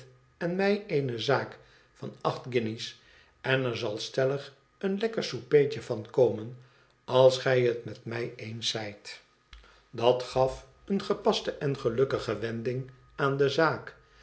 en mij eene zaak van acht gtunjes en er zal stellig een lekker soupertje van komen als gij het met mij eens zijt gaf eene gepaste en gelnkkige wending aan de zaak